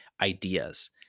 ideas